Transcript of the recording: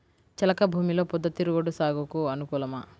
చెలక భూమిలో పొద్దు తిరుగుడు సాగుకు అనుకూలమా?